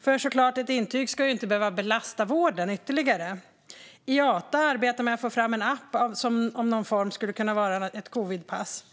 för ett intyg ska såklart inte behöva belasta vården ytterligare. Iata arbetar med att få fram en app som i någon form skulle kunna vara ett covidpass.